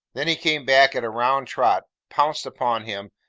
than he came back at a round trot, pounced upon him,